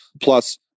Plus